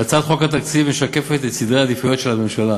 והצעת חוק התקציב משקפת את סדרי העדיפויות של הממשלה,